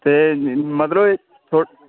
ते मतलब